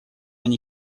они